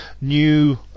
new